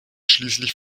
schließlich